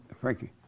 Frankie